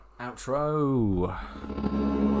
Outro